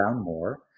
more